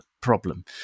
problem